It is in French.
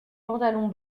pantalons